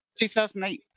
2008